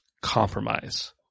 compromise